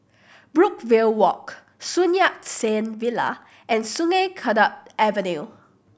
Brookvale Walk Sun Yat Sen Villa and Sungei Kadut Avenue